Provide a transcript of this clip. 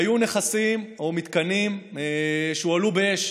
היו נכסים או מתקנים שהועלו באש,